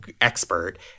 expert